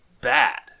bad